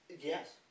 Yes